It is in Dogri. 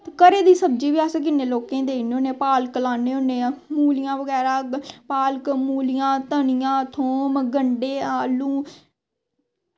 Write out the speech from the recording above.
घरे दी सब्जी बी अस किन्ने लोकेंई देई ओड़ने होन्ने पालक लान्ने होन्ने मूलियां बगैरा पालक मूलियां धनियां थंम गंडे आलू